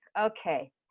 okay